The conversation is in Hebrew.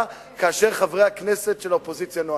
כאשר חברי הכנסת של האופוזיציה נואמים.